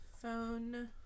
phone